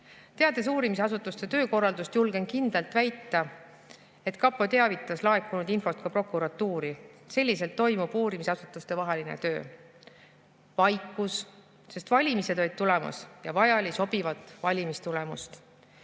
Teades uurimisasutuste töökorraldust, julgen kindlalt väita, et kapo teavitas laekunud infost ka prokuratuuri. Selliselt toimub uurimisasutustevaheline töö. Vaikus, sest valimised olid tulemas ja vaja oli sobivat valimistulemust.